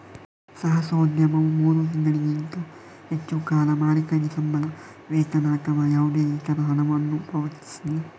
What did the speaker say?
ಸಾಹಸೋದ್ಯಮವು ಮೂರು ತಿಂಗಳಿಗಿಂತ ಹೆಚ್ಚು ಕಾಲ ಮಾಲೀಕರಿಗೆ ಸಂಬಳ, ವೇತನ ಅಥವಾ ಯಾವುದೇ ಇತರ ಹಣವನ್ನು ಪಾವತಿಸಿಲ್ಲ